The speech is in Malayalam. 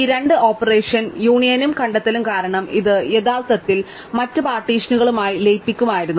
ഈ രണ്ട് ഓപ്പറേഷൻ യൂണിയനും കണ്ടെത്തലും കാരണം ഇത് യഥാർത്ഥത്തിൽ മറ്റ് പാർട്ടീഷനുകളുമായി ലയിപ്പിക്കുമായിരുന്നു